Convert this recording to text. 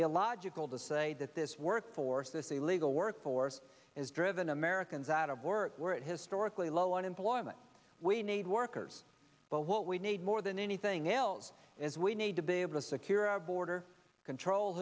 illogical to say that this workforce this illegal workforce is driven americans out of work we're at historically low unemployment we need workers but what we need more than anything else is we need to be able to secure our border control